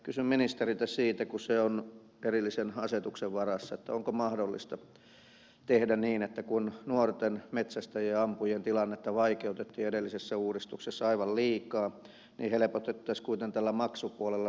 kysyn ministeriltä kun se on erillisen asetuksen varassa onko mahdollista tehdä niin että kun nuorten metsästäjien ja ampujien tilannetta vaikeutettiin edellisessä uudistuksessa aivan liikaa niin helpotettaisiin kuitenkin tällä maksupuolella